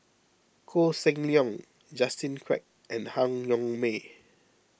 Koh Seng Leong Justin Quek and Han Yong May